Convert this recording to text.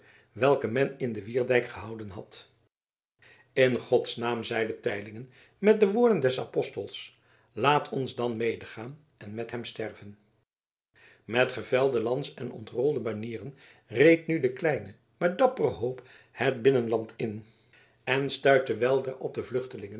welke men in den wierdijk gehouwen had in gods naam zeide teylingen met de woorden des apostels laat ons dan medegaan en met hem sterven met gevelde lans en ontrolde banieren reed nu de kleine maar dappere hoop het binnenland in en stuitte weldra op de vluchtelingen